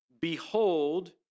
Behold